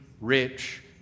Rich